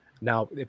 Now